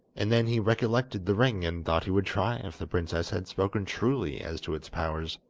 and then he recollected the ring and thought he would try if the princess had spoken truly as to its powers.